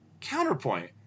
counterpoint